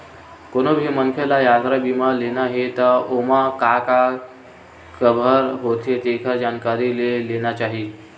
कोनो भी मनखे ल यातरा बीमा लेना हे त ओमा का का कभर होथे तेखर जानकारी ले लेना चाही